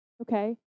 okay